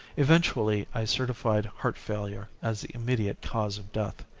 eventually i certified heart-failure as the immediate cause of death.